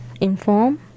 inform